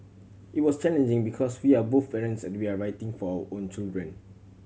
it was challenging because we are both parents and we are writing for our own children